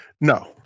No